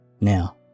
now